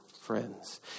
friends